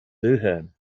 wilhelm